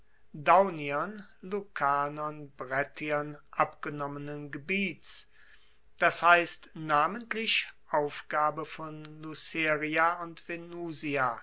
lucanern brettiern abgenommenen gebiets das heisst namentlich aufgabe von luceria und venusia